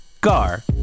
Gar